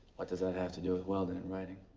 what does that have to do with weldon and writing?